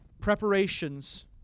preparations